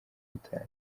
gitari